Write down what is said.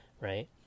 right